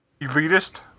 Elitist